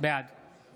בעד